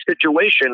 situation